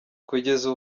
kugeza